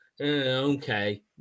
okay